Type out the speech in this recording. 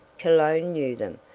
cologne knew them,